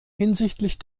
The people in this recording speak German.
hinsichtlich